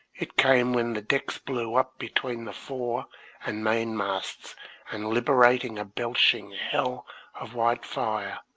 it came when the decks blew up between the fore and main-masts and liberated a belching hell of white fire,